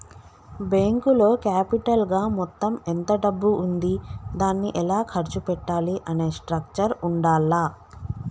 బ్యేంకులో క్యాపిటల్ గా మొత్తం ఎంత డబ్బు ఉంది దాన్ని ఎలా ఖర్చు పెట్టాలి అనే స్ట్రక్చర్ ఉండాల్ల